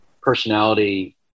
personality